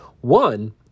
One